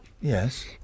Yes